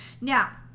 now